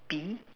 bee